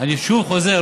אני שוב חוזר,